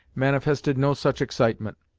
manifested no such excitement.